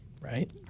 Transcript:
Right